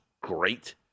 great